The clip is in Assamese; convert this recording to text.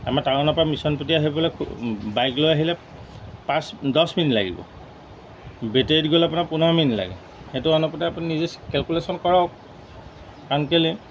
আমাৰ টাউনৰ পৰা মিশ্যনপট্টি আহিবলৈ বাইক লৈ আহিলে পাঁচ দহ মিনিট লাগিব বেটেৰীত গ'লে আপোনাৰ পোন্ধৰ মিনিট লাগে সেইটো অনুপাতে আপুনি নিজে কেলকুলেশ্যন কৰক কাৰণ কেলৈ